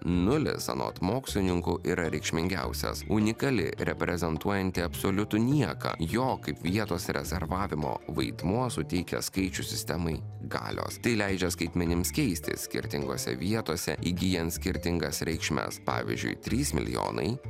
nulis anot mokslininko yra reikšmingiausias unikali reprezentuojanti absoliutų nieką jo kaip vietos rezervavimo vaidmuo suteikia skaičių sistemai galios tai leidžia skaitmenims keistis skirtingose vietose įgyjant skirtingas reikšmes pavyzdžiui trys milijonai